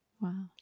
wow